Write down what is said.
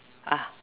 ah